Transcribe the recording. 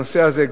הנושא הזה,